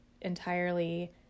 entirely